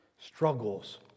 struggles